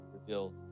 revealed